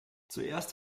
zuerst